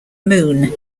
moon